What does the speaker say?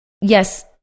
yes